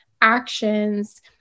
actions